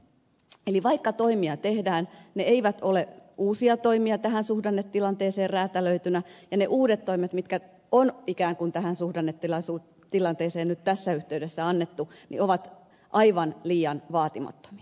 eli vaikka toimia tehdään ne eivät ole uusia toimia tähän suhdannetilanteeseen räätälöityinä ja ne uudet toimet mitkä on ikään kuin tähän suhdannetilanteeseen nyt tässä yhteydessä annettu ovat aivan liian vaatimattomia